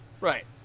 Right